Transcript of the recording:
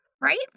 right